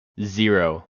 zero